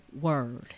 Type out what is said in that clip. word